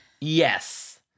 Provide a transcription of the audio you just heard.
Yes